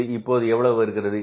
இது இப்போது எவ்வளவு வருகிறது